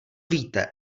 víte